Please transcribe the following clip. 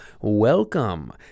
welcome